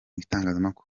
bitangazamakuru